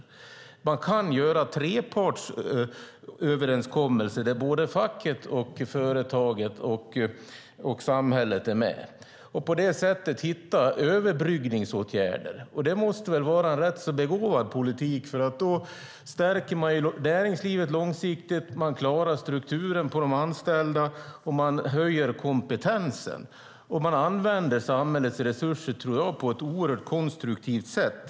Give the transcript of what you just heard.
Man kan göra trepartsöverenskommelser där både facket, företaget och samhället är med och på det sättet hitta överbryggningsåtgärder. Det måste väl vara en rätt så begåvad politik, för då stärker man näringslivet långsiktigt, man klarar strukturen och man höjer kompetensen. Man använder samhällets resurser på ett, tror jag, oerhört konstruktivt sätt.